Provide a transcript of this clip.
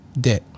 debt